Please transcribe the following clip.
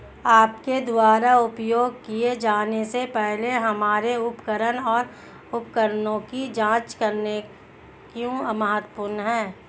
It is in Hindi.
आपके द्वारा उपयोग किए जाने से पहले हमारे उपकरण और उपकरणों की जांच करना क्यों महत्वपूर्ण है?